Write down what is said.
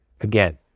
again